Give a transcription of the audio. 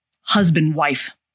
husband-wife